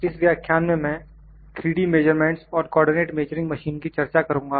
इस व्याख्यान में मैं 3D मेजरमेंट्स और कोऑर्डिनेट मेजरिंग मशीन की चर्चा करुंगा